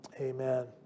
Amen